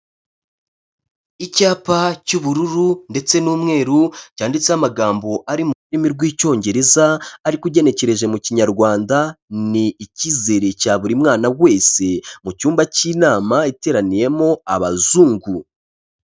Icyapa cy'ubururu ndetse n'umweru, cyanditseho amagambo ari mu rurimi rw'icyongereza ariko ugenekereje mu kinyarwanda, ni icyizere cya buri mwana wese, mu cyumba cy'inama iteraniyemo abazungu.